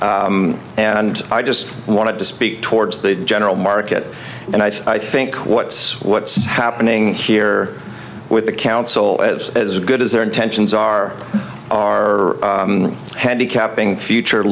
that and i just wanted to speak towards the general market and i think what's what's happening here are with the council as as good as their intentions are are handicapping future